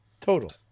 Total